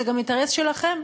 זה גם אינטרס שלכם,